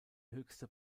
höchste